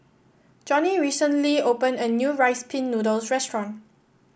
Jonnie recently opened a new Rice Pin Noodles restaurant